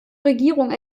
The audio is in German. regierung